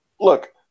Look